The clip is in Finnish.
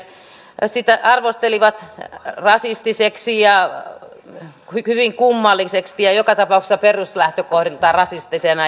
oikeustieteilijät sitä arvostelivat rasistiseksi ja hyvin kummalliseksi joka tapauksessa peruslähtökohdiltaan rasistiseksi